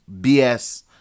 BS